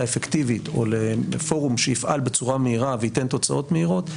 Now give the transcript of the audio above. אפקטיבית או לפורום שיפעל בצורה מהירה וייתן תוצאות מהירות,